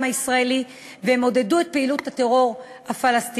הישראלי והם עודדו את פעילות הטרור הפלסטיני.